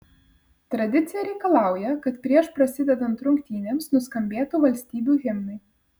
tradicija reikalauja kad prieš prasidedant rungtynėms nuskambėtų valstybių himnai